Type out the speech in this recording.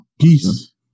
Peace